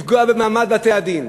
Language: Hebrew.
לפגוע במעמד בתי-הדין,